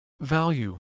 Value